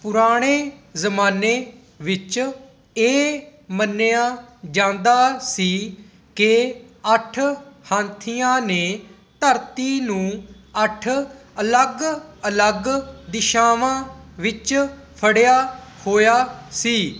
ਪੁਰਾਣੇ ਜ਼ਮਾਨੇ ਵਿੱਚ ਇਹ ਮੰਨਿਆ ਜਾਂਦਾ ਸੀ ਕਿ ਅੱਠ ਹਾਥੀਆਂ ਨੇ ਧਰਤੀ ਨੂੰ ਅੱਠ ਅਲੱਗ ਅਲੱਗ ਦਿਸ਼ਾਵਾਂ ਵਿੱਚ ਫੜਿਆ ਹੋਇਆ ਸੀ